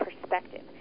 perspective